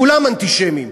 כולם אנטישמים,